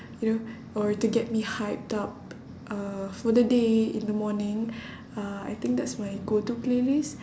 you know or to get me hyped up uh for the day in the morning uh I think that's my go to playlist